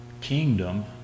kingdom